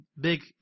big